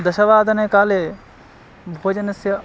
दशवादने काले भोजनस्य